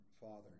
Father